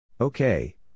okay